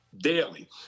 daily